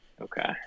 Okay